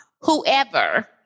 whoever